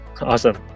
Awesome